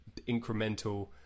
incremental